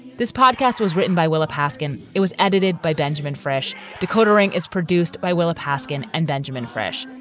this podcast was written by willa paskin. it was edited by benjamin. fresh decoder ring is produced by willa paskin and benjamin fresh.